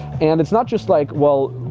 and it's not just like, well,